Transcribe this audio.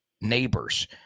Neighbors